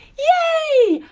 yay.